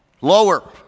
Lower